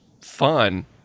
fun